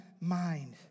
mind